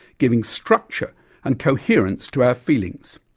giving structure and coherence to our feelings.